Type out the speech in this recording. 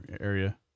area